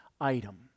item